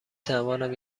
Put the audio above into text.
توانم